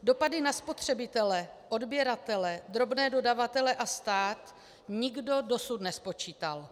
Dopady na spotřebitele, odběratele, drobné dodavatele a stát nikdo dosud nespočítal.